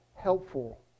helpful